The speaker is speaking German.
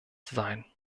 sein